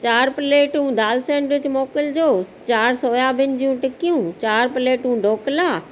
चारि प्लेटू दालि सैंडविच मोकिलिजो चारि सोयाबीन जूं टिक्कियूं चारि प्लेटू ढोकला